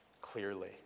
clearly